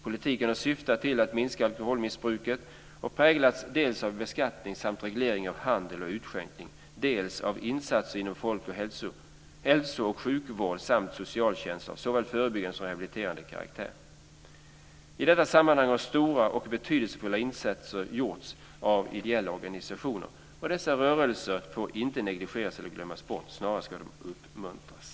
Politiken har syftat till att minska alkoholmissbruket och präglats dels av beskattning samt reglering av handel och utskänkning, dels av insatser inom hälso och sjukvård samt socialtjänst av såväl förebyggande som rehabiliterande karaktär. I detta sammanhang har stora och betydelsefulla insatser gjorts av ideella organisationer. Dessa rörelser får inte negligeras eller glömmas bort. Snarare ska de uppmuntras.